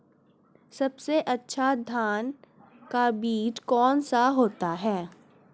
सबसे अच्छा धान का बीज कौन सा होता है?